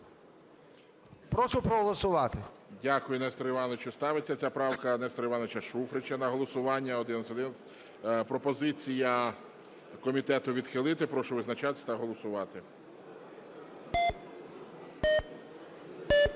Прошу проголосувати. ГОЛОВУЮЧИЙ. Дякую, Несторе Івановичу. Ставиться ця правка Нестора Івановича Шуфрича на голосування, 1111. Пропозиція комітету – відхилити. Прошу визначатись та голосувати.